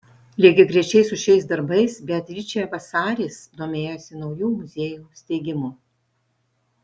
lygiagrečiai su šiais darbais beatričė vasaris domėjosi naujų muziejų steigimu